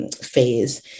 phase